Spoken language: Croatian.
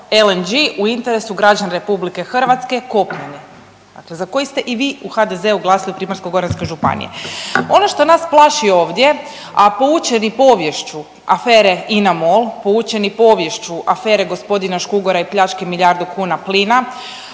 LNG u interesu građana RH kopneni, dakle za koji ste i vi u HDZ-u glasali u PGŽ-u. Ono što nas plaši ovdje, a poučeni poviješću afere INA-MOL, poučeni poviješću afere g. Škugora i pljački milijardu kuna plina,